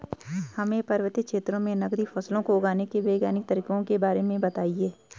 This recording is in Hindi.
हमें पर्वतीय क्षेत्रों में नगदी फसलों को उगाने के वैज्ञानिक तरीकों के बारे में बताइये?